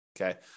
Okay